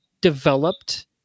developed